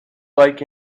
like